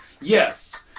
Yes